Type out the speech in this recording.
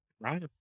Right